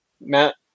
Matt